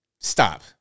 stop